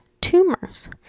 tumors